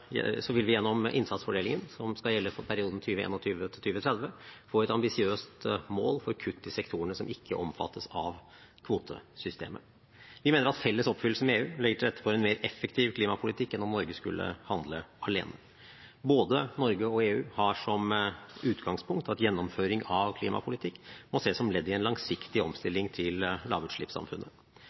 vil vi gjennom innsatsfordelingen, som skal gjelde for perioden 2021–2030, få et ambisiøst mål for kutt i sektorene som ikke omfattes av kvotesystemet. Vi mener at felles oppfyllelse med EU legger til rette for en mer effektiv klimapolitikk enn om Norge skulle handle alene. Både Norge og EU har som utgangspunkt at gjennomføring av klimapolitikk må ses som ledd i en langsiktig omstilling til lavutslippssamfunnet.